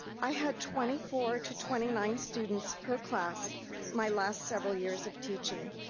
i had twenty four to twenty nine students per class my last several years of teaching.